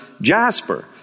jasper